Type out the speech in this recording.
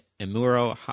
Emuro